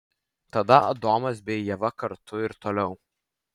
tada adomas bei ieva kartu ir toliau